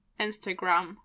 Instagram